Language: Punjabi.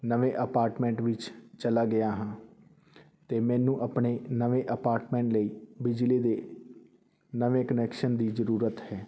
ਨਵੇਂ ਅਪਾਰਟਮੈਂਟ ਵਿੱਚ ਚਲਾ ਗਿਆ ਹਾਂ ਅਤੇ ਮੈਨੂੰ ਆਪਣੇ ਨਵੇਂ ਅਪਾਰਟਮੈਂਟ ਲਈ ਬਿਜਲੀ ਦੇ ਨਵੇਂ ਕਨੈਕਸ਼ਨ ਦੀ ਜ਼ਰੂਰਤ ਹੈ